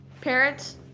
Parents